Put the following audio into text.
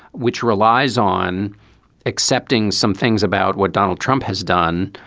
which relies on accepting some things about what donald trump has done.